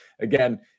again